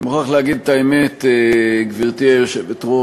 אני מוכרח להגיד את האמת, גברתי היושבת-ראש: